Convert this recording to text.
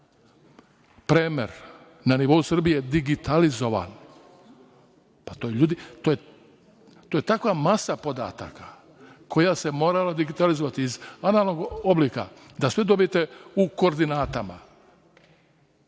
premer na nivou Srbije digitalizovan, ljudi, to je takva masa podataka koja se morala digitalizovati iz analognog oblika, da sve dobijete u koordinatama